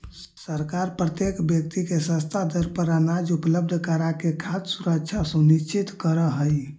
सरकार प्रत्येक व्यक्ति के सस्ता दर पर अनाज उपलब्ध कराके खाद्य सुरक्षा सुनिश्चित करऽ हइ